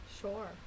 Sure